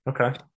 okay